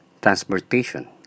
transportation